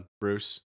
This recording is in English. Bruce